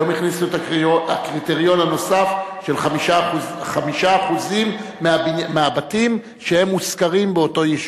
והיום הכניסו את הקריטריון הנוסף של 5% מהבתים שהם מושכרים באותו יישוב.